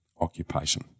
occupation